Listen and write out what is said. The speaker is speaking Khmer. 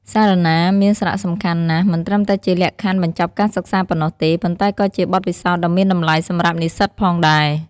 សារណាមានសារៈសំខាន់ណាស់ មិនត្រឹមតែជាលក្ខខណ្ឌបញ្ចប់ការសិក្សាប៉ុណ្ណោះទេ ប៉ុន្តែក៏ជាបទពិសោធន៍ដ៏មានតម្លៃសម្រាប់និស្សិតផងដែរ។